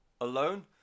alone